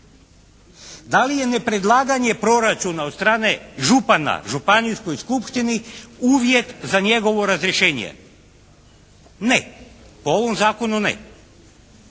Da li je nepredlaganje proračuna od strane župana županijskoj skupštini uvjet za njegovo razrješenje? Ne. Po ovom Zakonu ne,